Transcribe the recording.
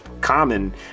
Common